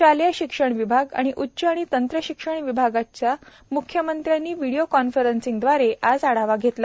शालेय शिक्षण विभाग आणि उच्च व तंत्रशिक्षण विभागाचा म्ख्यमंत्र्यांनी व्हिडीओ कॉन्फरन्सद्वारे आढावा घेतला